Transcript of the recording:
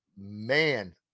man